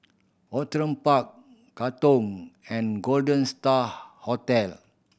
Outram Park Katong and Golden Star Hotel